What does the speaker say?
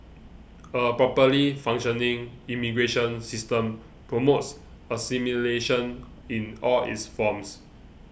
a properly functioning immigration system promotes assimilation in all its forms